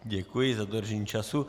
Děkuji za dodržení času.